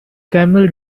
camel